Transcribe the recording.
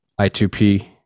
I2P